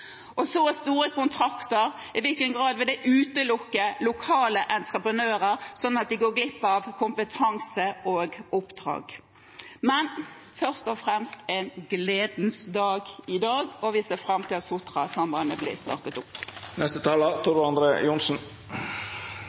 Med så store kontrakter – i hvilken grad vil det utelukke lokale entreprenører sånn at de går glipp av kompetanse og oppdrag? Men først og fremst er det en gledens dag i dag, og vi ser fram til at Sotrasambandet blir startet opp.